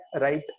right